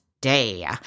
day